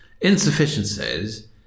insufficiencies